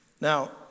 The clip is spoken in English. Now